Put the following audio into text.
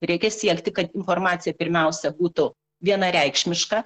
reikia siekti kad informacija pirmiausia būtų vienareikšmiška